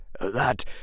that